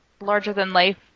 larger-than-life